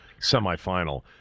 semifinal